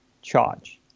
charge